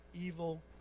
evil